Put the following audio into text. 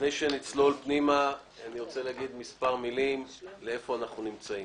לפני שנצלול פנימה אני רוצה להגיד מספר מילים היכן אנחנו נמצאים.